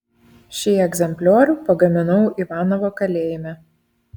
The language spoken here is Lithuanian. šį egzempliorių pagaminau ivanovo kalėjime